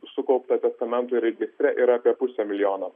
sukaupta testamentų registre yra apie pusę milijono